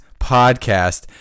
podcast